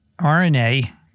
RNA